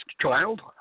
child